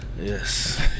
Yes